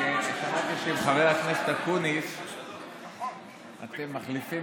שמעתי שעם חבר הכנסת אקוניס אתם מחליפים